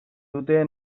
dute